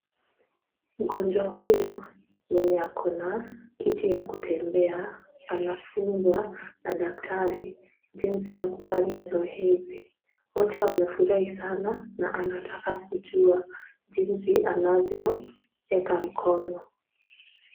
Mgonjwa huyo mwenye ako na kiti ya kutembea, anafunzwa na daktari jinsi ya kufanya zoezi. Wote wamefurahi sana na anataka kujua jinsi anavyoweka mkono.